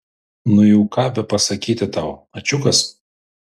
nu jau ką bepasakyti tau ačiukas